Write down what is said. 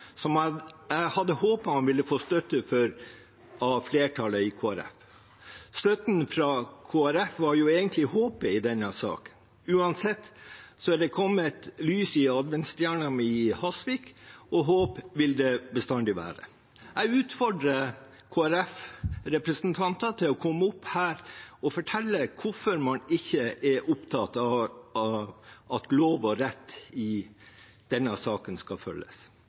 som jeg hadde håpet han ville få støtte for av flertallet i Kristelig Folkeparti. Støtten fra Kristelig Folkeparti var jo egentlig håpet i denne saken. Uansett er det kommet lys i adventsstjerna mi i Hasvik, og håp vil det bestandig være. Jeg utfordrer Kristelig Folkeparti-representanter til å komme opp her og fortelle hvorfor man ikke er opptatt av at lov og rett skal følges i denne saken.